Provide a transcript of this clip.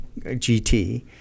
GT